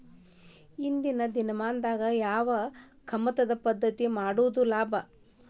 ಇಂದಿನ ದಿನಮಾನದಾಗ ಯಾವ ಕಮತದ ಪದ್ಧತಿ ಮಾಡುದ ಲಾಭ?